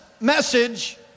message